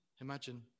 Imagine